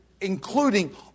including